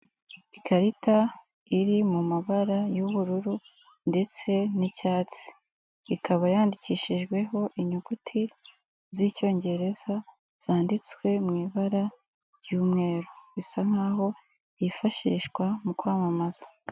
Ikarita iri mu mabara y'ubururu ndetse n'icyatsi, ikaba yandikishijweho inyuguti z'Icyongereza zanditswe mu ibara ry'umweru, bisa nkaho yifashishwa mu kwamamaza.